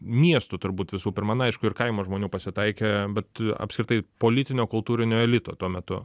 miestų turbūt visų pirma na aišku ir kaimo žmonių pasitaikė bet apskritai politinio kultūrinio elito tuo metu